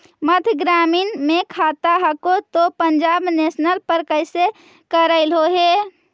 मध्य ग्रामीण मे खाता हको तौ पंजाब नेशनल पर कैसे करैलहो हे?